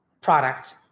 product